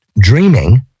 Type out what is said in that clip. dreaming